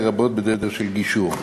לרבות בדרך של גישור.